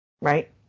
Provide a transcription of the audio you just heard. Right